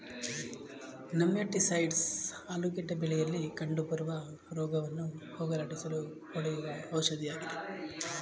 nematicides ಆಲೂಗೆಡ್ಡೆ ಬೆಳೆಯಲಿ ಕಂಡುಬರುವ ರೋಗವನ್ನು ಹೋಗಲಾಡಿಸಲು ಹೊಡೆಯುವ ಔಷಧಿಯಾಗಿದೆ